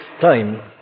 time